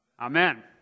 Amen